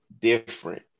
different